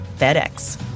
FedEx